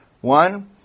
one